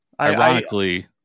ironically